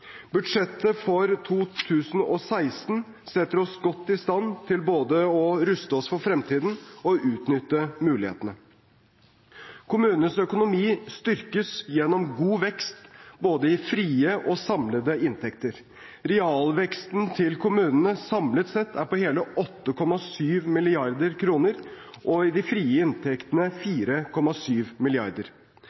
Budsjettet for 2016 setter oss godt i stand til både å ruste oss for fremtiden og utnytte mulighetene. Kommunenes økonomi styrkes gjennom god vekst både i frie og samlede inntekter. Realveksten til kommunene samlet sett er på hele 8,7 mrd. kr – veksten i de frie inntektene 4,7